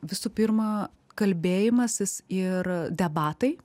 visų pirma kalbėjimasis ir debatai